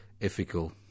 ethical